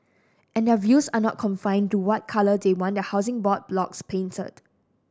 and their views are not confined to what colour they want their Housing Board blocks painted